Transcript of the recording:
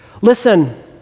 Listen